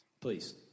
please